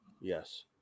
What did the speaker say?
Yes